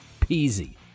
peasy